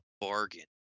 bargain